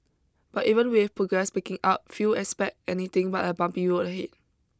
but even with progress picking up few expect anything but a bumpy road ahead